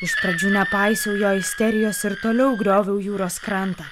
iš pradžių nepaisiau jo isterijos ir toliau grioviau jūros krantą